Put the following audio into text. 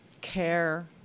care